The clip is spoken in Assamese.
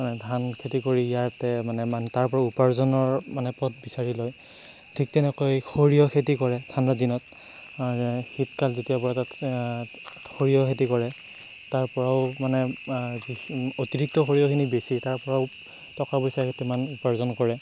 ধান খেতি কৰি ইয়াতে মানে মান তাৰ পৰা উপাৰ্জনৰ মানে পথ বিচাৰি লয় ঠিক তেনেকৈ সৰিয়হ খেতি কৰে ঠাণ্ডা দিনত শীতকাল যেতিয়া পৰে তাত সৰিয়হ খেতি কৰে তাৰ পৰাও মানে অতিৰিক্ত সৰিয়হখিনি বেচি তাৰ পৰাও টকা পইচা কেইটামান উপাৰ্জন কৰে